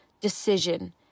decision